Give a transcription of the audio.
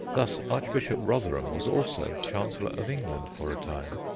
thus, archbishop rotherham was also chancellor of england for a time.